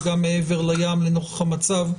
גם מעבר לים, נוכח המצב.